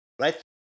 Right